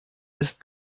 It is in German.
ist